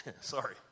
Sorry